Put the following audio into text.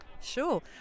Sure